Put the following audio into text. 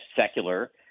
secular